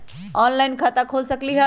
Online खाता खोल सकलीह?